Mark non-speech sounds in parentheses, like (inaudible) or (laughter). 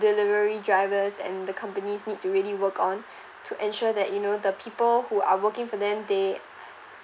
delivery drivers and the companies need to really work on (breath) to ensure that you know the people who are working for them they